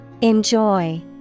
Enjoy